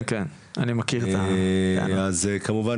אז כמובן